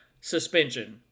suspension